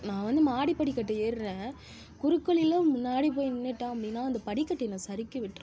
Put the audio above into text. நான் வந்து மாடி படிக்கட்டு ஏறுகிறேன் குறுக்கு வழிடில் முன்னாடி போய் நின்றுட்டேன் அப்படின்னா அந்த படிக்கட்டு என்ன சறுக்கிவிட்டுரும்